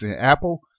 Apple